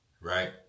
right